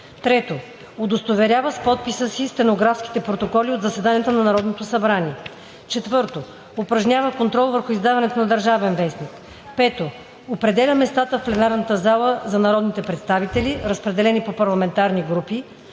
3. удостоверява с подписа си стенографските протоколи от заседанията на Народното събрание; 4. упражнява контрол върху издаването на „Държавен вестник“; 5. определя местата в пленарната зала за народните представители, разпределени по парламентарни групи,